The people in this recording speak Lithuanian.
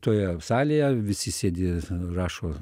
toje salėje visi sėdi rašo